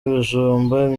ibijumba